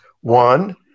One